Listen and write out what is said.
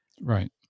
Right